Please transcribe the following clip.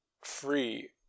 free